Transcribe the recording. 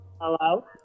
Hello